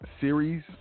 series